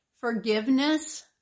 forgiveness